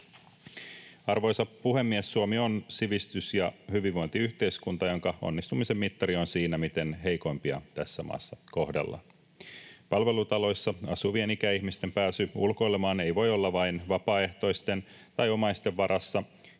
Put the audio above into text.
Arvoisa puhemies! Suomi on sivistys- ja hyvinvointiyhteiskunta, jonka onnistumisen mittari on siinä, miten heikoimpia tässä maassa kohdallaan. Palvelutaloissa asuvien ikäihmisten pääsy ulkoilemaan ei voi olla vain vapaaehtoisten tai omaisten varassa,